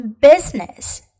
business